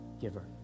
giver